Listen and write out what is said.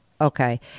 Okay